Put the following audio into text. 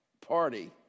party